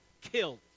killed